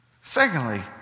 Secondly